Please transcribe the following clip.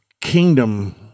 kingdom